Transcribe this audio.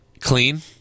Clean